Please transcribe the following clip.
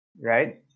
right